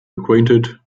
acquainted